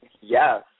Yes